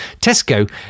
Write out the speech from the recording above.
Tesco